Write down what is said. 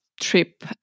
trip